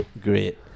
Great